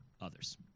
others